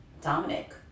Dominic